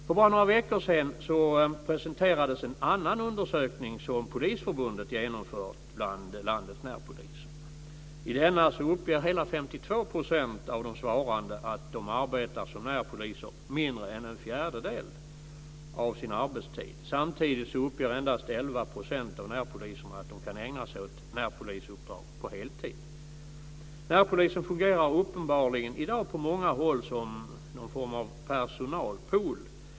För bara några veckor sedan presenterades en annan undersökning som Polisförbundet genomfört bland landets närpoliser. I denna uppger hela 52 % av de svarande att de arbetar som närpoliser mindre än en fjärdedel av sin arbetstid. Samtidigt uppger endast 11 % av närpoliserna att de kan ägna sig åt närpolisuppdrag på heltid. Närpolisen fungerar uppenbarligen i dag på många håll som någon form av personalpool.